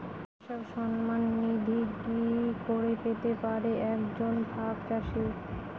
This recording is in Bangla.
কৃষক সন্মান নিধি কি করে পেতে পারে এক জন ভাগ চাষি?